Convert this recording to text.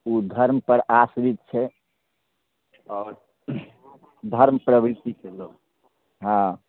ओ धर्मपर आश्रित छै आओर धर्म प्रवृतिके लोक हाँ